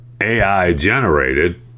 AI-generated